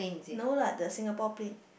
no lah the Singapore plane